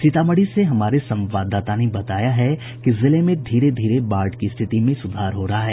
सीतामढ़ी से हमारे संवाददाता ने बताया है कि जिले में धीरे धीरे बाढ़ की रिथिति में सुधार हो रहा है